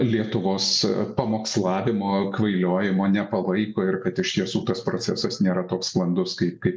lietuvos pamokslavimo kvailiojimo nepalaiko ir kad iš tiesų tas procesas nėra toks sklandus kaip kaip